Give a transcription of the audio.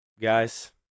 guys